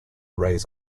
raise